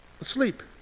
asleep